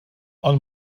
ond